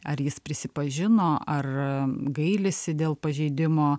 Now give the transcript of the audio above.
ar jis prisipažino ar gailisi dėl pažeidimo